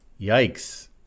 Yikes